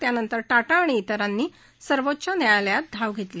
त्यानंतर टाटा आणि इतरांनी सर्वोच्च न्यायालयात धाव घेतली